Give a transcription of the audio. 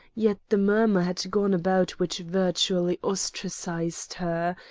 yet the murmur had gone about which virtually ostracized her,